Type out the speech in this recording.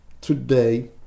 today